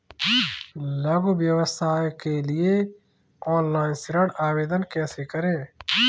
लघु व्यवसाय के लिए ऑनलाइन ऋण आवेदन कैसे करें?